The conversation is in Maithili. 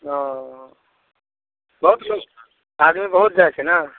ओ बहुत लोक आदमी बहुत जाइ छै ने